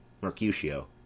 Mercutio